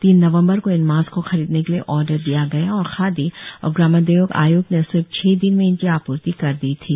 तीन नवम्बर को इन मास्क को खरीदने के लिए ऑर्डर दिया गया और खादी और ग्रामोद्योग आयोग ने सिर्फ छह दिन में इनकी आपूर्ति कर दी थी